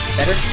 Better